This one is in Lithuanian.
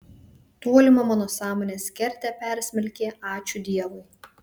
tolimą mano sąmonės kertę persmelkė ačiū dievui